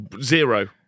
zero